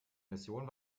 mission